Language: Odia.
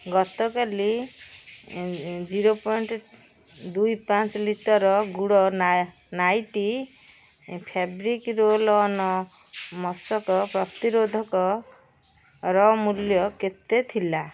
ଗତକାଲି ଜିରୋ ପଏଣ୍ଟ୍ ଦୁଇ ପାଞ୍ଚ litre Good Knight fabric roll on ମଶକ ପ୍ରତିରୋଧକର ମୂଲ୍ୟ କେତେ ଥିଲା